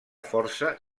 força